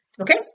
Okay